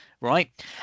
right